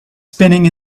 spinning